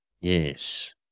Yes